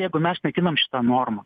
jeigu mes naikinam šitą normą